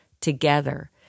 together